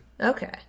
Okay